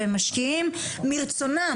שהם משקיעים מרצונם,